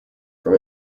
from